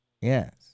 Yes